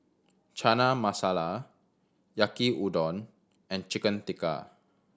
Chana Masala Yaki Udon and Chicken Tikka